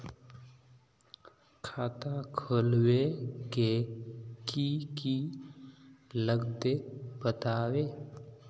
खाता खोलवे के की की लगते बतावे?